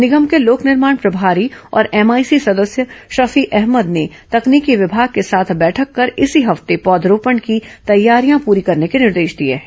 निगम को लोक निर्माण प्रभारी और एमआईसी सदस्य शफी अहमद ने तकनीकी विभाग के साथ बैठक कर इसी हफ्ते पौधरोपण की तैयारियां पूरी करने के निर्देश दिए हैं